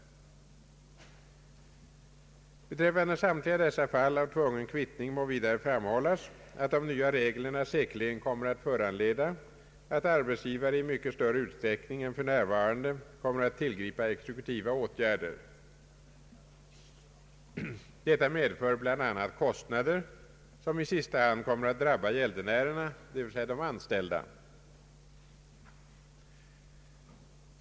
Beträffande samtliga dessa fall av tvungen kvittning må vidare framhållas att de nya reglerna säkerligen kommer att föranleda att arbetsgivare i mycket större utsträckning än för närvarande tillgriper exekutiva åtgärder. Detta medför bl.a. kostnader, som i sista hand drabbar gäldenärerna, d.v.s. de anställda.